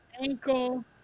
ankle